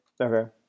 Okay